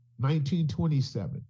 1927